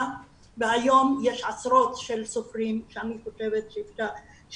והיום יש עשרות סופרים שאני חושבת שאפשר,